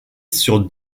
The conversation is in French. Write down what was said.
sur